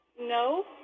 No